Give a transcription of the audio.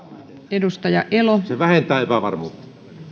se vähentää epävarmuutta arvoisa